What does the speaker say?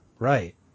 Right